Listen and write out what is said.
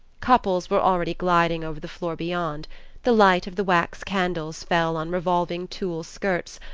couples were already gliding over the floor beyond the light of the wax candles fell on revolving tulle skirts,